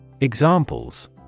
Examples